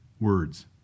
words